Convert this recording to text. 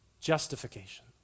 justification